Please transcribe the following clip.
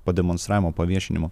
pademonstravimo paviešinimo